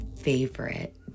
favorite